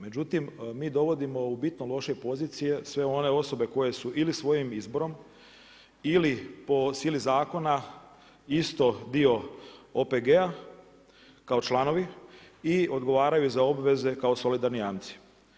Međutim, mi dovodimo u bitno lošije pozicije sve one osobe koje su ili svojim izborom ili po sili zakona isti dio OPG-a kao članovi i odgovaraju za obveze kao solidarni jamci.